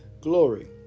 glory